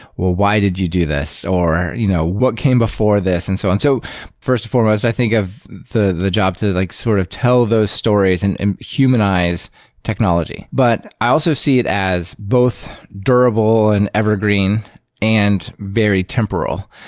well, why did you do this? or you know what came before this? and so on. so first and foremost, i think of the the job to like sort of tell those stories and and humanize technology. but i also see it as both durable and evergreen and very temporal.